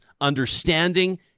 understanding